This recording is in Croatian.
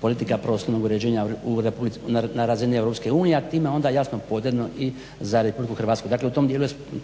politika prostornog uređenja na razini Europske unije, a time onda jasno …/Govornik se ne razumije./… i za Republiku Hrvatsku. Dakle, u